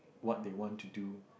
what they want to do